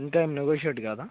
ఇంకా ఏం నెగోషియేట్ కాదా